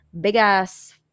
big-ass